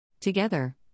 Together